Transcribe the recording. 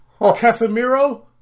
Casemiro